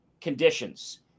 conditions